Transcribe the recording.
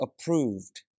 approved